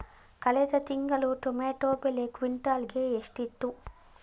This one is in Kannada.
ಕಳೆದ ತಿಂಗಳು ಟೊಮ್ಯಾಟೋ ಬೆಲೆ ಕ್ವಿಂಟಾಲ್ ಗೆ ಎಷ್ಟಿತ್ತು?